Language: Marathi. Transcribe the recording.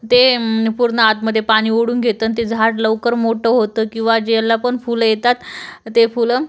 ते पूर्ण आतमध्ये पाणी ओढून घेतं आणि ते झाड लवकर मोठं होतं किंवा ज्याला पण फुलं येतात ते फुलं